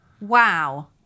Wow